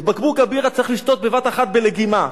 את בקבוק הבירה צריך לשתות בבת אחת בלגימה,